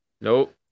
Nope